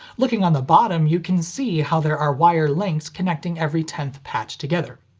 looking on the bottom you can see how there are wire links connecting every tenth patch together.